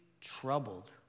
troubled